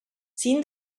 sin